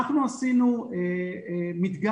אנחנו עשינו מדגם